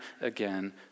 again